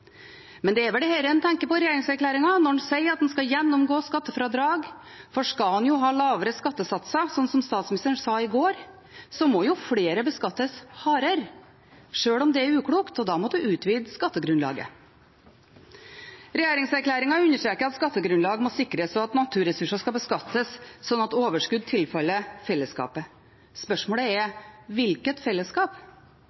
Men det er vel dette en tenker på når en i regjeringserklæringen sier at en skal gjennomgå skattefradrag, for skal en ha lavere skattesatser, som statsministeren sa i går, må flere beskattes hardere, sjøl om det er uklokt, og da må en utvide skattegrunnlaget. Regjeringserklæringen understreker at skattegrunnlag må sikres, og at naturressurser skal beskattes slik at overskudd tilfaller fellesskapet. Spørsmålet er: